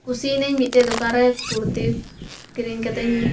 ᱠᱩᱥᱤᱭ ᱱᱟᱹᱧ ᱢᱤᱫᱴᱮᱱ ᱫᱚᱠᱟᱱ ᱨᱮ ᱠᱩᱲᱛᱤ ᱠᱤᱨᱤᱧ ᱠᱟᱛᱮᱫ ᱤᱧ